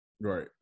Right